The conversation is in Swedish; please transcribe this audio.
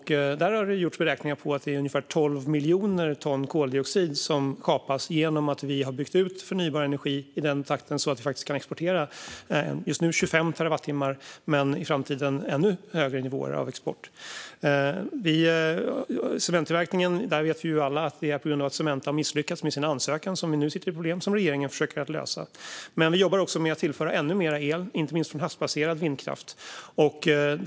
Där har det gjorts beräkningar som visar att det är ungefär 12 miljoner ton koldioxid som kapas genom att vi har byggt ut förnybar energi så att vi kan exportera den. Just nu är det 25 terawattimmar som vi exporterar, men i framtiden kommer det att bli ännu högre nivåer av export. När det gäller cementtillverkningen vet vi att problemen beror på att Cementa har misslyckat med sin ansökan. Detta försöker regeringen nu att lösa. Vi arbetar också med att tillföra ännu mer el, inte minst från havsbaserad vindkraft.